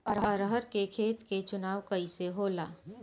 अरहर के खेत के चुनाव कइसे होला?